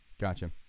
Gotcha